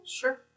sure